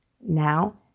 Now